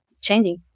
Changing